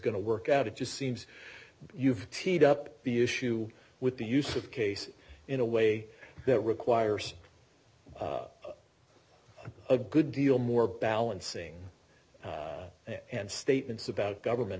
going to work out it just seems you've got the issue with the use of case in a way that requires a good deal more balancing and statements about government